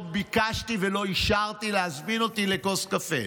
ביקשתי ולא אישרתי להזמין אותי לכוס קפה.